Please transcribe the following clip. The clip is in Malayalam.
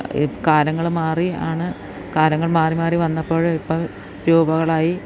കാലങ്ങള് മാറിയാണ് കാലങ്ങൾ മാറി മാറി വന്നപ്പോള് ഇപ്പോള് രൂപകളായി